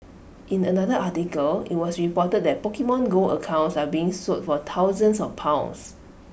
in another article IT was reported that Pokemon go accounts are being sold for thousands of pounds